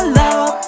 love